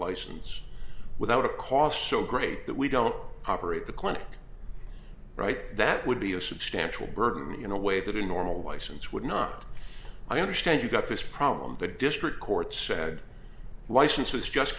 license without a cost so great that we don't operate the clinic right that would be a substantial burden in a way that a normal license would not i understand you've got this problem the district court said licenses just